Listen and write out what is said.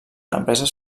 empreses